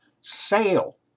sale